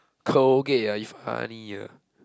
Colgate ah you funny ya